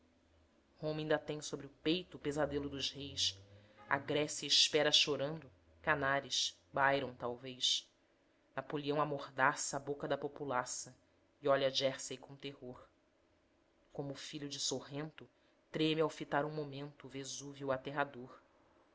roma inda tem sobre o peito o pesadelo dos reis a grécia espera chorando canaris byron talvez napoleão amordaça a boca da populaça e olha jersey com terror como o filho de sorrento treme ao fitar um momento o vesúvio aterrador